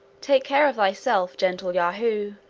take care of thyself, gentle yahoo.